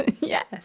yes